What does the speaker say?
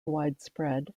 widespread